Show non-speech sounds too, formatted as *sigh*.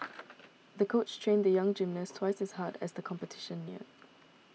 *noise* the coach trained the young gymnast twice as hard as the competition neared